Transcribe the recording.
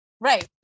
right